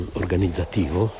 organizzativo